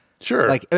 Sure